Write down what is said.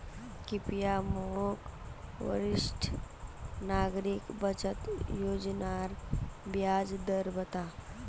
कृप्या मोक वरिष्ठ नागरिक बचत योज्नार ब्याज दर बता